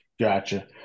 gotcha